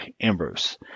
Ambrose